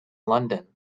london